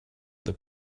the